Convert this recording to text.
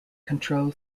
control